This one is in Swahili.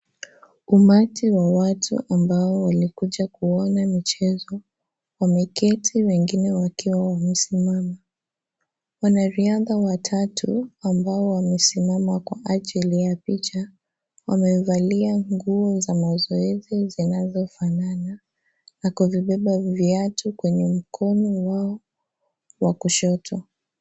Umati wa watu ambao umekuja kuona mchezo wameketi wengine wakiwa wamesimama , wanariadha watatu ambao wamesimama kwa ajili ya picha wamevalia nguo za mazoezi zinazo fanana na kuvibeba viatu mkononi mwao wa kushoto.